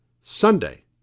Sunday